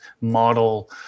model